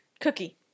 Cookie